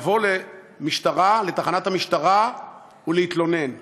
לבוא לתחנת המשטרה ולהתלונן,